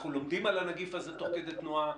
אנחנו לומדים על הנגיף הזה תוך כדי תנועה.